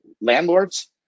landlords